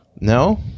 No